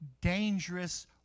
dangerous